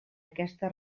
aquesta